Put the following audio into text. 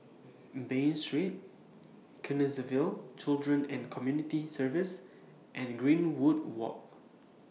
Bain Street Canossaville Children and Community Services and Greenwood Walk